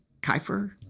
Kiefer